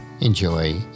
Enjoy